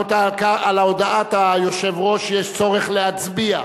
על הודעת היושב-ראש יש צורך להצביע.